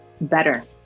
better